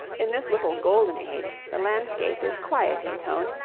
in this little golden age the landscape is quiet in tone,